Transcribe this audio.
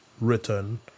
written